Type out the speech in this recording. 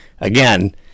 Again